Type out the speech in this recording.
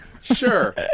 Sure